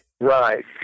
Right